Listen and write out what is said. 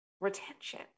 retention